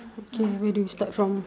okay where do we start from